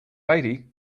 lady